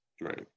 right